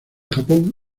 japón